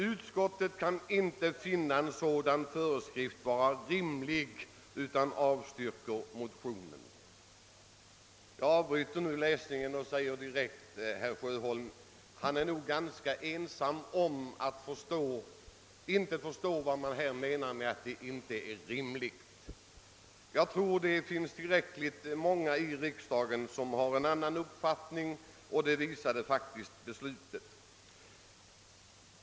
Utskottet kan inte finna en sådan föreskrift vara rimlig utan avstyrker motionen.» Jag avbryter nu läsningen och säger direkt till herr Sjöholm att han nog är ganska ensam om att inte förstå vad utskottet menar med att föreskriften inte är rimlig. Jag tror att det finns tillräckligt många i riksdagen som har en annan uppfattning; det visade faktiskt beslutet.